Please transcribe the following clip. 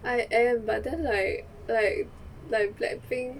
I am but then like like like blackpink